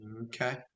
Okay